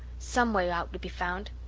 some way out would be found.